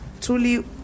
truly